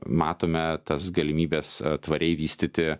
matome tas galimybes tvariai vystyti